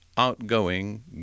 outgoing